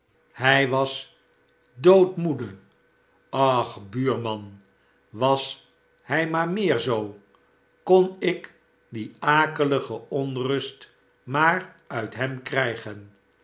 hij barnabv rudge was doodmoede ach buurman was hij maar meer zoo kon ik die akelige onrust maar uit hem krijgen